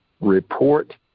report